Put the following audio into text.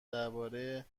درباره